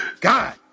God